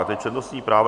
Teď přednostní práva.